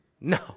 No